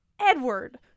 Edward